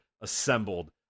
assembled